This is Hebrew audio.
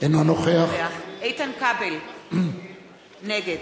אינו נוכח איתן כבל, נגד